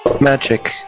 magic